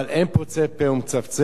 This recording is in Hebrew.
אבל אין פוצה פה ומצפצף.